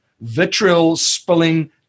vitriol-spilling